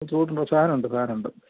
സാധനമുണ്ട് സാധനമുണ്ട്